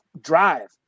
drive